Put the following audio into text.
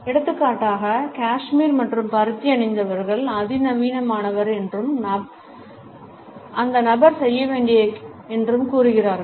எடுத்துக்காட்டாக காஷ்மீர் மற்றும் பருத்தி அணிந்தவர் அதிநவீனமானவர் என்றும் நபர் செய்ய வேண்டிய கிணறு என்றும் கூறுகிறார்கள்